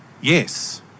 Yes